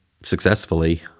successfully